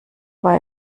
war